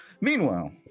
Meanwhile